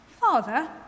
Father